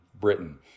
Britain